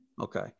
Okay